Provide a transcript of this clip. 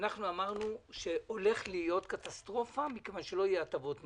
אמרנו שתהיה קטסטרופה מכיוון שלא יהיו הטבות מס.